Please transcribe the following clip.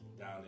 down